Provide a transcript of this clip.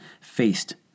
faced